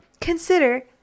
consider